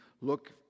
look